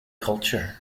culture